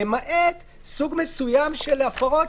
למעט סוג מסוים של הפרות,